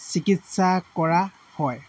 চিকিৎসা কৰা হয়